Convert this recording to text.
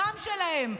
הדם שלהם,